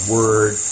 Word